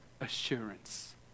assurance